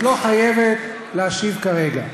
את לא חייבת להשיב כרגע,